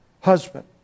husband